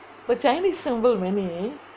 but chinese temple many